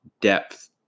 depth